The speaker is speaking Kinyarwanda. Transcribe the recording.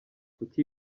kuki